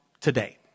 today